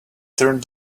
turned